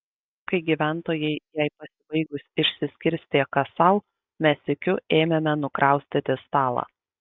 kai gyventojai jai pasibaigus išsiskirstė kas sau mes sykiu ėmėme nukraustyti stalą